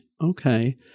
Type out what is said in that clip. Okay